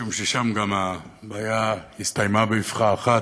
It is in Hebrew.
משום ששם הבעיה הסתיימה באבחה אחת.